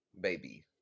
baby